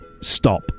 stop